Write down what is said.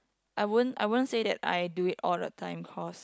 I won't I won't say that I do it all the time cause